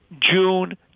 June